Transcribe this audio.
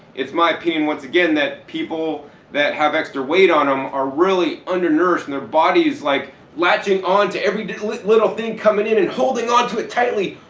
it's my opinion once again that people that have extra weight on them are really undernourished and their body's like latching on to every little little thing coming in and holding on to it tightly.